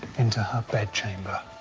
into her bedchamber.